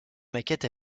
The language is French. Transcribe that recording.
maquettes